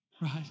right